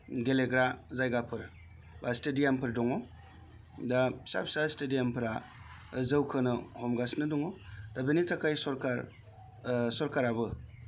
गेलेग्रा जायगाफोर बा स्टुडियामफोर दङ दा फिसा फिसा स्टेडियामफोरा जौखोनो हमगासिनो दङ दा बेनि थाखाय सरखार सरखाराबो